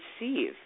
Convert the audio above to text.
receive